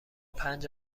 پنج